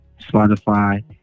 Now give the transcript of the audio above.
Spotify